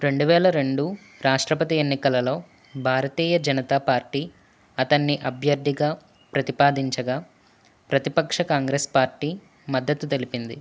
రెండు వేల రెండు రాష్ట్రపతి ఎన్నికలలో భారతీయ జనతా పార్టీ అతనిని అభ్యర్థిగా ప్రతిపాదించగా ప్రతిపక్ష కాంగ్రెస్ పార్టీ మద్ధతు తెలిపింది